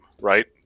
right